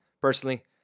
Personally